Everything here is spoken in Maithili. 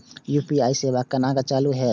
यू.पी.आई सेवा केना चालू है छै?